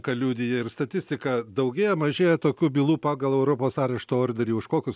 ką liudija ir statistika daugėja mažėja tokių bylų pagal europos arešto orderį už kokius